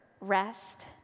rest